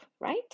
right